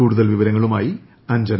കൂടുതൽ വിവരങ്ങളുമായി അഞ്ജന